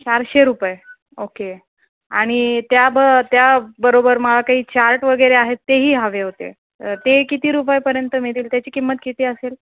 चारशे रुपये ओके आणि त्या ब त्याबरोबर मला काही चार्ट वगैरे आहेत तेही हवे होते ते किती रुपयेपर्यंत मिळतील त्याची किंमत किती असेल